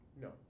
No